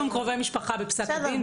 הזה שאני